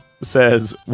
says